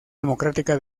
democrática